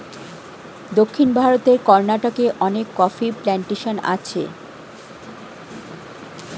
দক্ষিণ ভারতের কর্ণাটকে অনেক কফি প্ল্যান্টেশন আছে